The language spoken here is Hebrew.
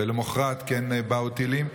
ולמוחרת כן באו טילים.